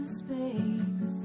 space